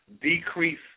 decrease